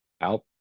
out